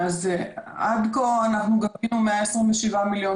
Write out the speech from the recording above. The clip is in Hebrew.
עד כה אנחנו גבינו 127 מיליון